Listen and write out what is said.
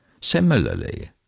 Similarly